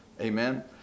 amen